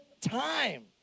time